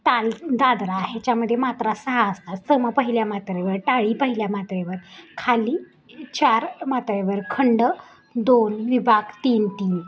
ताल दादरा ह्याच्यामध्ये मात्रा सहा असतात सम पहिल्या मात्रेवर टाळी पहिल्या मात्रेवर खाली चार मात्रेवर खंड दोन विभाग तीन तीन